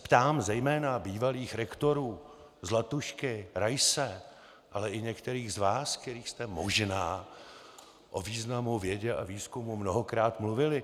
Ptám se zejména bývalých rektorů Zlatušky, Raise, ale i některých z vás, kteří jste možná o významu vědy a výzkumu mnohokrát mluvili.